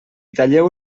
talleu